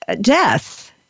death